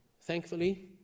thankfully